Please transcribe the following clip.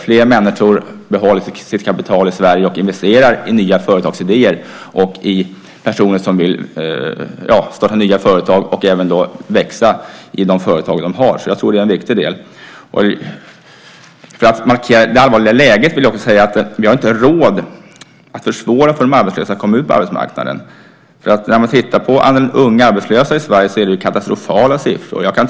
Fler människor behåller då sitt kapital i Sverige och investerar i nya företagsidéer, fler personer vill starta nya företag, och de företag som finns kan växa. Jag tror att det är en viktig del. För att markera det allvarliga läget vill jag också säga att vi inte har råd att försvåra för de arbetslösa att komma ut på arbetsmarknaden. När man ser hur många unga som är arbetslösa i Sverige är det katastrofala siffror.